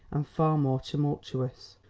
and far more tumultuous.